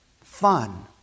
fun